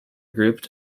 group